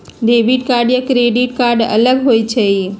Debit card या credit card अलग होईछ ई?